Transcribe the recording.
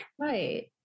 right